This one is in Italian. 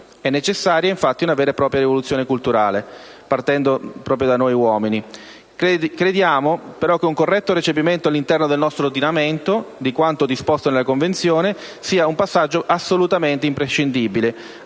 È necessaria infatti una vera rivoluzione culturale, partendo proprio da noi uomini. Crediamo però che un corretto recepimento all'interno del nostro ordinamento di quanto disposto dalla Convenzione sia un passaggio imprescindibile